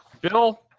Bill